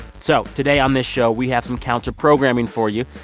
so today on this show, we have some counterprogramming for you.